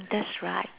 that's right